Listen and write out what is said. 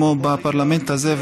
כמו בפרלמנט הזה,